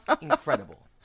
incredible